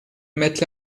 mettent